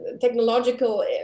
technological